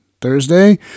thursday